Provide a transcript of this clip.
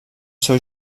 seu